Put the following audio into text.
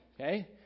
okay